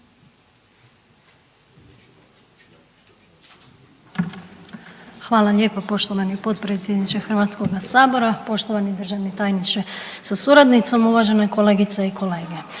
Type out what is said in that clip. Hvala lijepa poštovani predsjedavajući, poštovana državna tajnice sa suradnicom, kolegice i kolege.